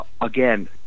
again